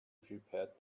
prepared